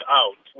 out